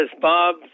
bob